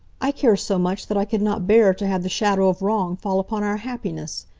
i care so much that i could not bear to have the shadow of wrong fall upon our happiness.